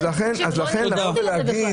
ולכן,